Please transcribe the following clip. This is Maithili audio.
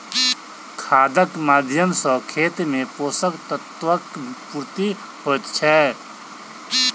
खादक माध्यम सॅ खेत मे पोषक तत्वक पूर्ति होइत छै